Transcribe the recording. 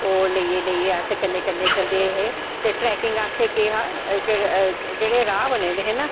ओह् लेईयै अस कन्नैं कन्नैं चलदे हे चे टॅैकिंग अस्तै केह् हा जेह्ड़े राह् बने दे हे ना